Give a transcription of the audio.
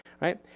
right